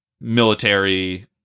military